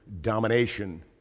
domination